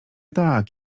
tak